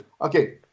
Okay